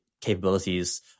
capabilities